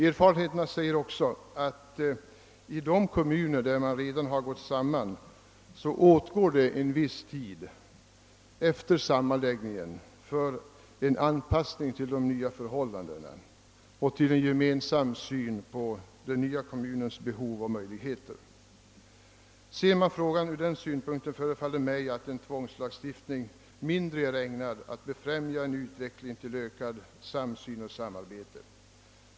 Erfarenheterna säger också att även i de kommuner där man redan har gått samman behövs det en viss tid för anpassning till de nya förhållandena och till en gemensam syn på den nya kommunens behov och möjligheter. Ser man frågan ur denna synpunkt förefaller det mig att en tvångslagstiftning är mindre ägnad att befrämja en utveckling till ökad samsyn och samarbete.